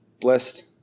blessed